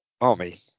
army